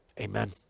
Amen